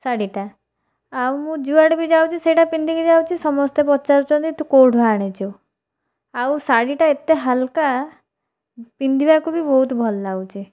ଶାଢ଼ୀଟା ଆଉ ମୁଁ ଯୁଆଡ଼େ ବି ଯାଉଛି ସେଇଟା ପିନ୍ଧିକି ଯାଉଛି ସମସ୍ତେ ପଚାରୁଛନ୍ତି ତୁ କେଉଁଠୁ ଆଣିଚୁ ଆଉ ଶାଢ଼ୀଟା ଏତେ ହାଲକା ପିନ୍ଧିବାକୁ ବି ବହୁତ ଭଲ ଲାଗୁଛି